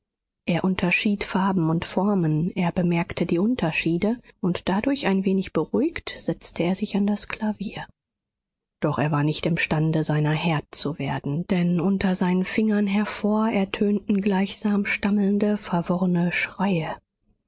er unterschied farben und formen er bemerkte die unterschiede und dadurch ein wenig beruhigt setzte er sich an das klavier doch er war nicht imstande seiner herr zu werden denn unter seinen fingern hervor ertönten gleichsam stammelnde verworrene schreie